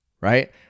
right